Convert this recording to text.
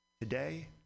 Today